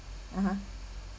(uh huh)